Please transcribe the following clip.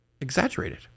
exaggerated